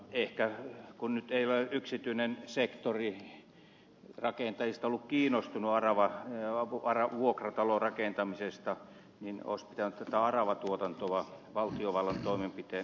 ehkä kun nyt ei ole yksityinen sektori rakentajista ollut kiinnostunut vuokratalorakentamisesta niin olisi pitänyt tätä aravatuotantoa valtiovallan toimenpitein elvyttää